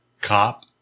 cop